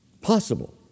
Possible